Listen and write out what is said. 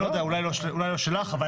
אולי לא שלך.